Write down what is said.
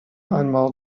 einmal